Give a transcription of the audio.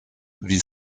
wie